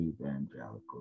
evangelical